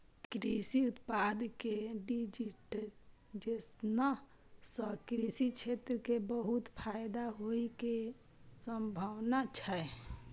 कृषि उत्पाद के डिजिटाइजेशन सं कृषि क्षेत्र कें बहुत फायदा होइ के संभावना छै